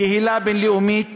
יש קהילה בין-לאומית